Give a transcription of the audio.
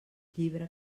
llibre